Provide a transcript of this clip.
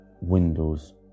Windows